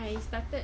I started